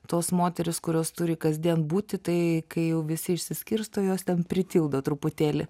tos moterys kurios turi kasdien būti tai kai jau visi išsiskirsto jos ten pritildo truputėlį